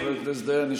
חבר הכנסת דיין,